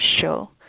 show